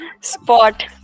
spot